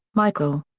michael.